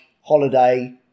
holiday